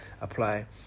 apply